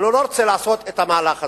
אבל הוא לא רוצה לעשות את המהלך הזה.